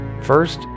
First